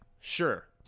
sure